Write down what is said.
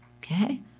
Okay